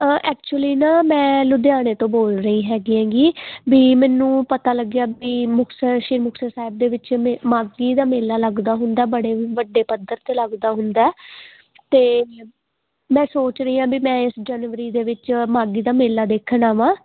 actually ਨਾ ਮੈਂ ਲੁਧਿਆਣੇ ਤੋਂ ਬੋਲ ਰਹੀ ਹੈਗੀ ਹੈਂਗੀ ਬਈ ਮੈਨੂੰ ਪਤਾ ਲੱਗਿਆ ਬਈ ਮੁਕਤਸਰ ਸ਼੍ਰੀ ਮੁਕਤਸਰ ਸਾਹਿਬ ਦੇ ਵਿੱਚ ਮਾਗੀ ਦਾ ਮੇਲਾ ਲੱਗਦਾ ਹੁੰਦਾ ਅਤੇ ਬੜੇ ਵੱਡੇ ਪੱਧਰ 'ਤੇ ਲੱਗਦਾ ਹੁੰਦਾ ਅਤੇ ਮੈਂ ਸੋਚ ਰਹੀ ਹਾਂ ਬਈ ਮੈਂ ਇਸ ਜਨਵਰੀ ਦੇ ਵਿਚ ਮਾਘੀ ਦਾ ਮੇਲਾ ਦੇਖਣ ਆਵਾਂ